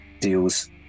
deals